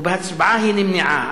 ובהצבעה נמנעה.